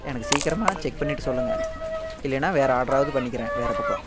எனக்கு சீக்கிரமாக செக் பண்ணிவிட்டு சொல்லுங்கள் இல்லேனா வேறு ஆட்ராவது பண்ணிக்கிறேன் வேறு பக்கம்